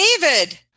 David